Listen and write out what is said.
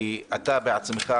אתה בעצמך,